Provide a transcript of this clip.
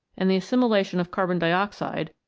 and the assimilation of carbon dioxide,